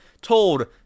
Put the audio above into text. told